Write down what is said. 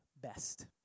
best